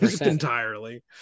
entirely